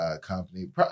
company